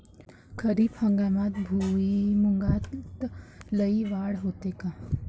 खरीप हंगामात भुईमूगात लई वाढ होते का?